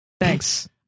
Thanks